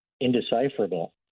indecipherable